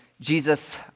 Jesus